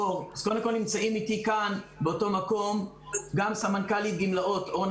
נמצאים איתי כאן גם סמנכ"לית גמלאות גברת אורנה